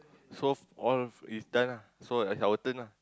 so all is done ah so is our turn lah